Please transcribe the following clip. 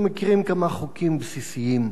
אנחנו מכירים כמה חוקים בסיסיים.